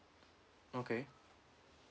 okay